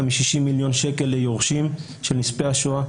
מ-60 מיליון שקל ליורשים של נספי השואה,